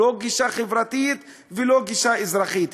לא גישה חברתית ולא גישה אזרחית.